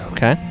Okay